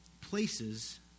places